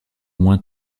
moins